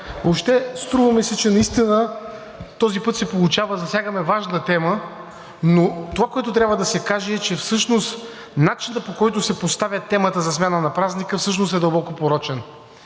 Въобще струва ми се, че наистина този път се получава. Засягаме важна тема, но това, което трябва да се каже, е, че всъщност начинът, по който се поставя темата за смяна на празника, е дълбоко порочен,